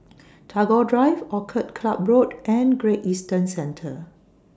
Tagore Drive Orchid Club Road and Great Eastern Centre